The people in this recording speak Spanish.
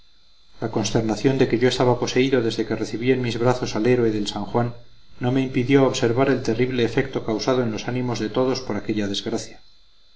la consternación de que yo estaba poseído desde que recibí en mis brazos al héroe del san juan no me impidió observar el terrible efecto causado en los ánimos de todos por aquella desgracia